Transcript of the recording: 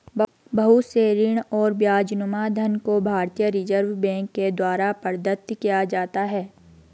बहुत से ऋण और ब्याजनुमा धन को भारतीय रिजर्ब बैंक के द्वारा प्रदत्त किया जाता है